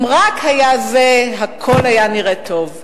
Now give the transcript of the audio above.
אם רק היה זה, הכול היה נראה טוב.